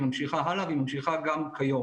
והיא ממשיכה גם כיום,